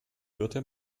hörte